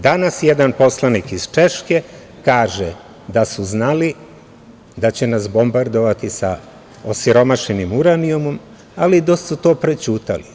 Danas jedan poslanik iz Češke kaže da su znali da će nas bombardovati sa osiromašenim uranijumom, ali da su to prećutali.